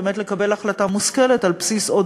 ומכריז על הפסקה עד